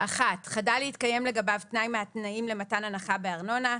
חדל להתקיים לגביו תנאי מהתנאים למתן הנחה בארנונה,